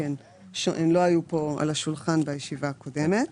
כי הן לא היו פה על השולחן בישיבה הקודמת.